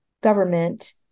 government